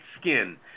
skin